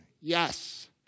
Yes